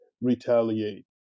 retaliate